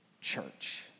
church